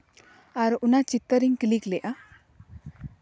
ᱟᱨ ᱚᱱᱟ ᱪᱤᱛᱟᱹᱨ ᱤᱧ ᱠᱞᱤᱠ ᱞᱮᱫᱼᱟ